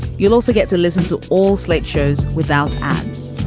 you'll also get to listen to all slate shows without ads.